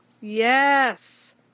Yes